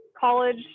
college